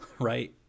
right